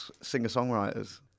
singer-songwriters